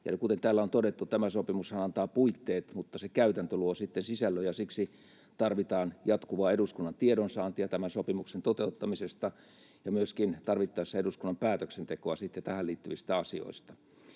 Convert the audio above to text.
Kuten täällä on todettu, tämä sopimushan antaa puitteet, mutta se käytäntö luo sitten sisällön, ja siksi tarvitaan jatkuvaa eduskunnan tiedonsaantia tämän sopimuksen toteuttamisesta ja myöskin tarvittaessa eduskunnan päätöksentekoa sitten tähän liittyvistä asioista.